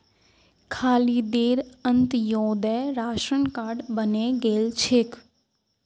खालिदेर Antyodaya ration card बने गेल छेक